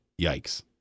yikes